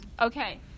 Okay